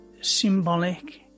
Symbolic